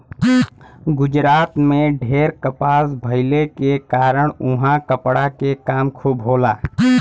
गुजरात में ढेर कपास भइले के कारण उहाँ कपड़ा के काम खूब होला